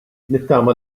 nittama